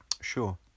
Sure